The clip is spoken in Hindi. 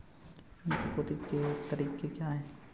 ऋण चुकौती के तरीके क्या हैं?